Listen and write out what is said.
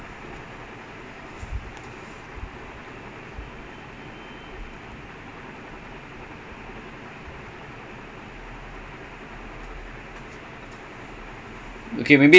same this also same I will just do one first and then if it's easy then I will continue doing it tooks a lot mm transcribing will take like around three hours